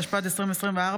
התשפ"ד 2024,